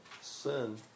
sin